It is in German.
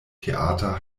theater